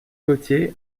gautier